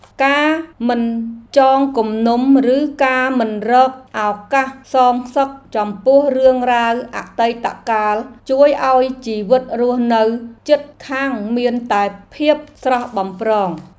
ការមិនចងគំនុំឬការមិនរកឱកាសសងសឹកចំពោះរឿងរ៉ាវអតីតកាលជួយឱ្យជីវិតរស់នៅជិតខាងមានតែភាពស្រស់បំព្រង។